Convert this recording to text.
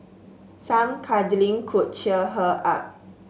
some cuddling could cheer her up